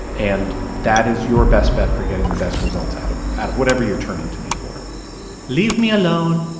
and that is your best bet for getting the best results out of out of whatever you're turning to me for leave me alone.